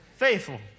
faithful